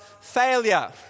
failure